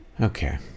Okay